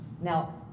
Now